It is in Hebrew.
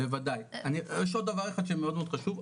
בוודאי, יש עוד דבר אחד שמאוד חשוב.